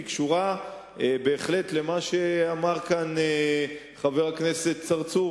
אלא בהחלט למה שאמר כאן חבר הכנסת צרצור,